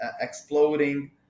exploding